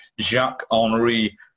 Jacques-Henri